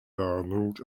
arnold